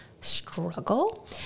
struggle